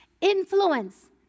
influence